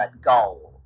goal